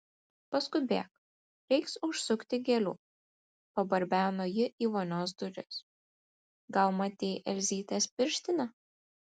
paskubėk reiks užsukti gėlių pabarbeno ji į vonios duris gal matei elzytės pirštinę